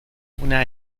una